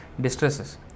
distresses